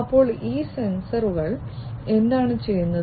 അപ്പോൾ ഈ സെൻസറുകൾ എന്താണ് ചെയ്യുന്നത്